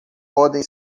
podem